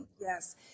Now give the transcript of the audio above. Yes